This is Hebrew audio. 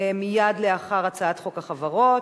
מייד לאחר הצעת חוק החברות